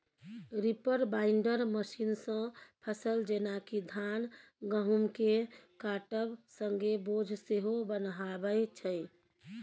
reaper binder मशीनसँ फसल जेना कि धान गहुँमकेँ काटब संगे बोझ सेहो बन्हाबै छै